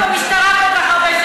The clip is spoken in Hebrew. בושה לכם.